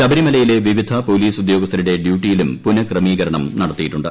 ശബരിമലയിലെ വിവിധ പോലീസ് ഉദ്യോഗസ്ഥരുടെ ഡ്യൂട്ടിയിലും പുനക്രമീകരണം നടത്തിയിട്ടുണ്ട്